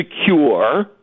secure